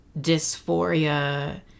dysphoria